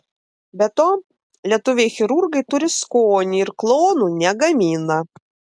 be to lietuviai chirurgai turi skonį ir klonų negamina